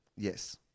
Yes